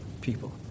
people